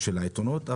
הצעות העיתונות.